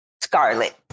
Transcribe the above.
scarlet